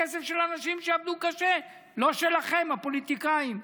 זה כסף של אנשים שעבדו קשה, לא שלכם, הפוליטיקאים.